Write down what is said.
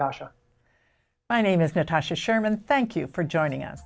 natasha my name is natasha sherman thank you for joining us